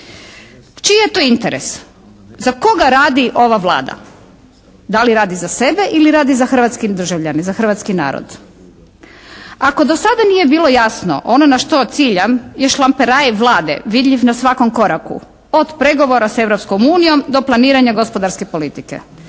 Čiji je to interes? Za koga radi ova Vlada? Da li radi za sebe ili radi za hrvatske državljane, za hrvatski narod? Ako do sada nije bilo jasno ono na što ciljam je šlamperaj Vlade vidljiv na svakom koraku od pregovora sa Europskom unijom do planiranja gospodarske politike.